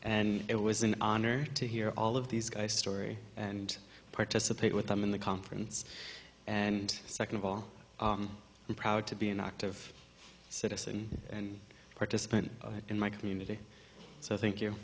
and it was an honor to hear all of these guys story and participate with them in the conference and second of all i'm proud to be an active citizen and participant in my community so thank you